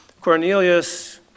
Cornelius